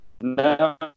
No